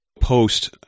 post